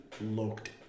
looked